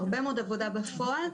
הרבה מאוד עבודה בפועל.